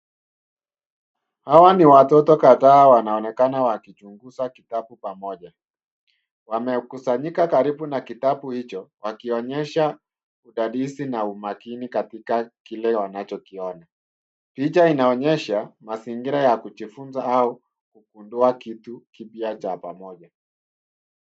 Hawa ni watoto kadhaa wanaonekana wakichunguza kitabu pamoja. Wamekusanyika karibu na kitabu hicho, wakionyesha udadisi na umakini katika kile wanachokiona. Picha inaonyesha mazingira ya kujifunza au kugundua kitu kipya cha pamoja.